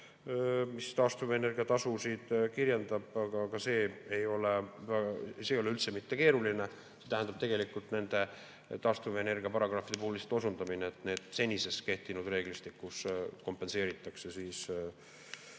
mis taastuvenergia tasu kirjeldab. Ka see ei ole üldse mitte keeruline, see tähendab tegelikult nende taastuvenergiaparagrahvide puhul osundamist, et see senises kehtinud reeglistikus kompenseeritakse